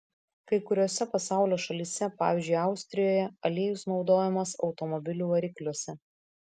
kai kuriose pasaulio šalyse pavyzdžiui austrijoje aliejus naudojamas automobilių varikliuose